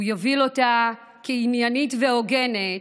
הוא יוביל אותה כעניינית והוגנת,